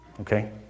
Okay